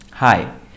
Hi